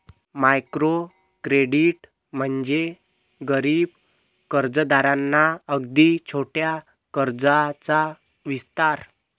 micro credit म्हणजे गरीब कर्जदारांना अगदी छोट्या कर्जाचा विस्तार